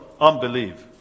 unbelief